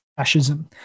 Fascism